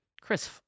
Chris